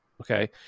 okay